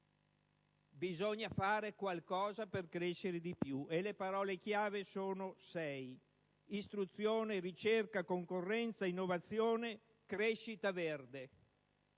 si faccia qualcosa per crescere di più. Le parole chiave sono sei: istruzione, ricerca, concorrenza, innovazione, crescita, verde.